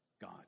God